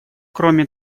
кроме